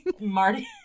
Marty